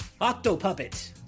Octopuppet